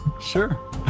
Sure